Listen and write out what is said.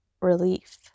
relief